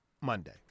Monday